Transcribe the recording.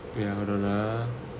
ya hold on ah